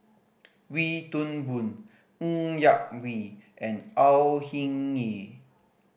Wee Toon Boon Ng Yak Whee and Au Hing Yee